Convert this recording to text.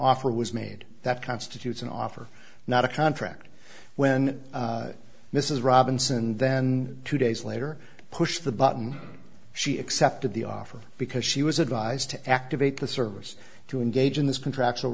offer was made that constitutes an offer not a contract when mrs robinson then two days later pushed the button she accepted the offer because she was advised to activate the service to engage in this contractual